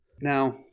Now